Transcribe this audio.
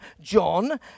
John